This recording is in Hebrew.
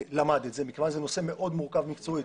מכיוון שזה נושא מאוד מורכב מקצועית,